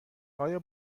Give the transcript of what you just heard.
آیا